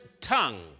tongue